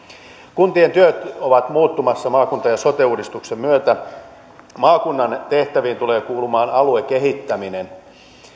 kuntien työt ovat muuttumassa maakunta ja sote uudistuksen myötä maakunnan tehtäviin tulevat kuulumaan aluekehittäminen